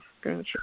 gotcha